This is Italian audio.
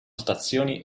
stazioni